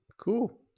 Cool